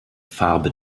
farbe